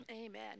amen